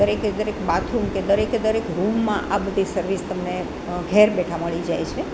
દરેકે દરેક બાથરૂમ કે દરેકે દરેક રૂમમાં આ બધી સર્વિસ તમને ઘરે બેઠા મળી જાય છે